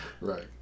right